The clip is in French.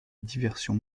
diversion